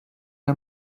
der